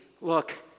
look